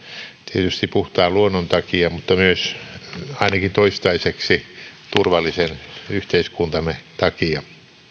tietysti puhtaan luonnon takia mutta myös ainakin toistaiseksi turvallisen yhteiskuntamme takia